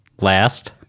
last